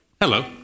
Hello